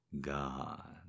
God